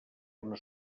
una